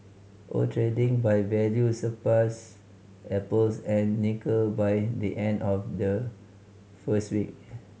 oil trading by value surpassed apples and nickel by the end of the first week